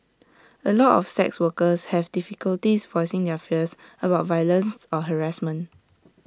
A lot of sex workers have difficulties voicing their fears about violence or harassment